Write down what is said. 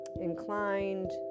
inclined